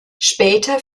später